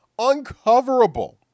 Uncoverable